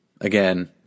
again